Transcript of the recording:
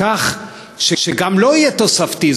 כך שהוא גם לא יהיה תוספתי,